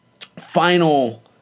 final